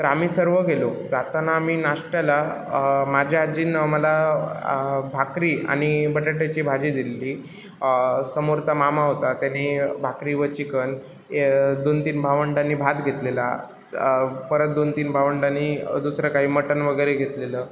तर आम्ही सर्व गेलो जाताना आम्ही नाश्त्याला माझ्या आजीनं मला भाकरी आणि बटाट्याची भाजी दिलेली समोरचा मामा होता त्यांनी भाकरीवर चिकन दोन तीन भावंडांनी भात घेतलेला परत दोन तीन भावंडांनी दुसरं काही मटण वगैरे घेतलेलं